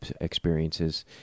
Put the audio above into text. experiences